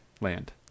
Land